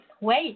wait